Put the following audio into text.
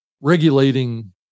regulating